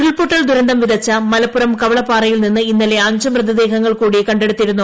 ഉരുൾപ്പൊട്ടൾ ദുരന്തം വിതച്ച മലപ്പുറം കവളപ്പാറയിൽ നിന്ന് ഇന്നലെ അഞ്ച് മൃതദേഹങ്ങൾ കൂടി കണ്ടെടുത്തിരുന്നു